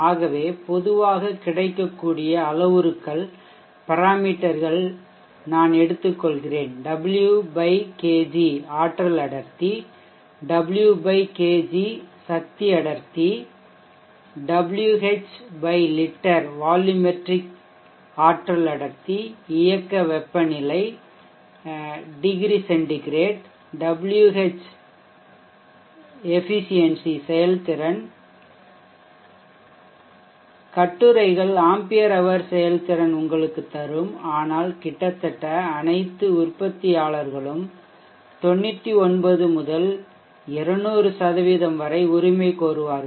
ஆகவே பொதுவாக கிடைக்கக்கூடிய அளவுருக்கள் ஒன்றை நான் எடுத்துக்கொள்கிறேன் Wh kg ஆற்றல் அடர்த்தி W kg சக்தி அடர்த்தி Wh லிட்டர் வால்யுமெட்ரிக்அளவீட்டு ஆற்றல் அடர்த்தி இயக்க வெப்பநிலை டிகிரி சென்டிகிரேட் Wh செயல்திறன் கட்டுரைகள் ஆம்பியர் ஹவர் செயல்திறன் உங்களுக்குத் தரும் ஆனால் கிட்டத்தட்ட அனைத்து உற்பத்தியாளர்களும் 99 முதல் 200 வரை உரிமை கோருவார்கள்